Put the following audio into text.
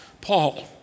Paul